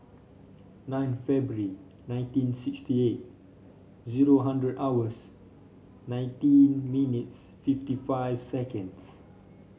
nine February nineteen sixty eight zero hundred hours nineteen minutes fifty five seconds